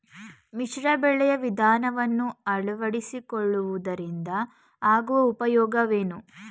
ಮಿಶ್ರ ಬೆಳೆಯ ವಿಧಾನವನ್ನು ಆಳವಡಿಸಿಕೊಳ್ಳುವುದರಿಂದ ಆಗುವ ಉಪಯೋಗವೇನು?